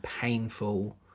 painful